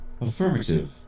Affirmative